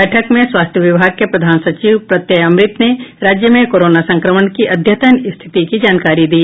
बैठक में स्वास्थ्य विभाग के प्रधान सचिव प्रत्यय अमृत ने राज्य में कोरोना संक्रमण की अद्यतन स्थिति की जानकारी दी